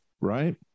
right